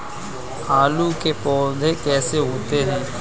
आलू के पौधे कैसे होते हैं?